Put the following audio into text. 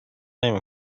نمی